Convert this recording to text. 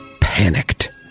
panicked